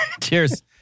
Cheers